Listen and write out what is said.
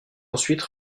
ensuite